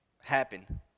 happen